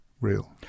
real